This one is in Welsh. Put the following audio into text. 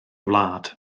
wlad